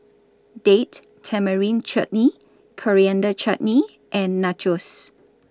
Date Tamarind Chutney Coriander Chutney and Nachos